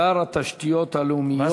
שר התשתיות הלאומיות,